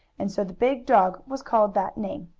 and so the big dog was called that name.